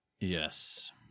Yes